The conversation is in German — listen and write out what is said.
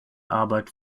arbeit